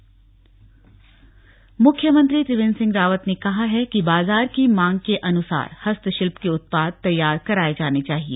हस्तशिल्प मुख्यमंत्री त्रिवेन्द्र सिंह रावत ने कहा है कि बाजार की मांग के अनुसार हस्तशिल्प के उत्पाद तैयार कराए जाने चाहिए